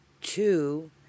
Two